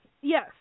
Yes